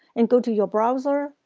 and go to your browser.